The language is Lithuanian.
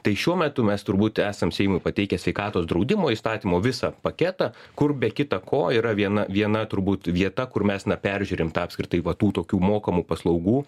tai šiuo metu mes turbūt esam seimui pateikę sveikatos draudimo įstatymo visą paketą kur be kita ko yra viena viena turbūt vieta kur mes na peržiūrim tą apskritai va tų tokių mokamų paslaugų